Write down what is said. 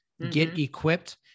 getequipped